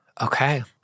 Okay